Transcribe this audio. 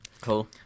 Cool